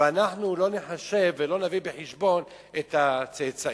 שאנחנו לא ניחשב ולא נביא בחשבון את הצאצאים.